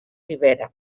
ribera